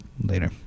later